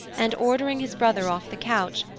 and, ordering his brother off the couch,